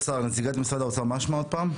נציגת משרד האוצר מה שמה עוד פעם?